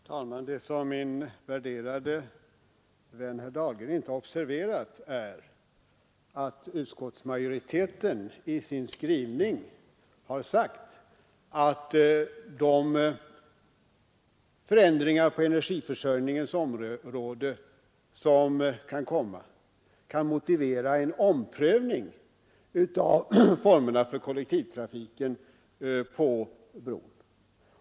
Herr talman! Det som min värderade vän herr Dahlgren inte har observerat är att utskottsmajoriteten i sin skrivning har sagt att de förändringar som kan inträffa på energiförsörjningens område kan motivera en omprövning av formerna för kollektivtrafiken på bron.